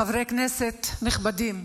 חברי כנסת נכבדים,